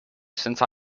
since